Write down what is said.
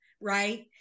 right